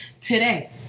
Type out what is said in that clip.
Today